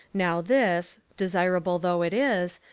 now this, desirable though it is,